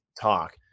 talk